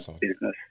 business